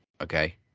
Okay